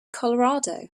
colorado